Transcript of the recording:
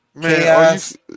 chaos